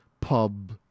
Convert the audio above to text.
Pub